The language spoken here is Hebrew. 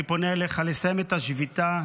אני פונה אליך לסיים את השביתה.